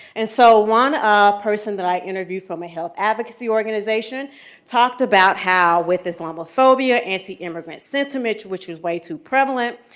and so one ah person that i interviewed from a health advocacy organization talked about how with islamophobia, anti-immigrant sentiment, which was way too prevalent,